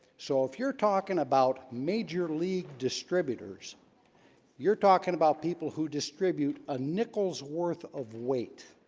so if you're talking about major-league distributors you're talking about people who distribute a nickels worth of weight